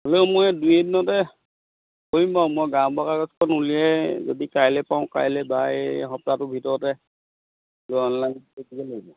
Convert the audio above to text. হ'লেও মই দুই এদিনতে কৰিম বাৰু মই গাঁওবুঢ়াৰ কাগজখন উলিয়াই যদি কাইলৈ পাৰোঁ কাইলৈ বা এই সপ্তাহটোৰ ভিতৰতে অনলাইন কৰি থ'ব লাগিব